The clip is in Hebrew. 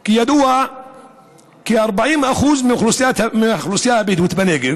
כי ידוע כי 40% מהאוכלוסייה הבדואית בנגב